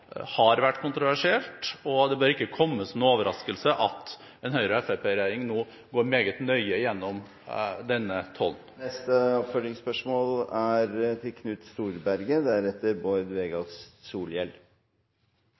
har vært kontroversiell. Det bør ikke komme som noen overraskelse at en Høyre–Fremskrittsparti-regjering nå går meget nøye gjennom denne tollen. Knut Storberget – til neste oppfølgingsspørsmål.